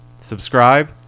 subscribe